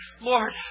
Lord